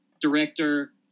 director